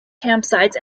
campsites